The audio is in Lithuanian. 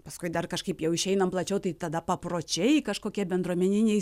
paskui dar kažkaip jau išeinam plačiau tai tada papročiai kažkokie bendruomeniniai